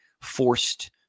forced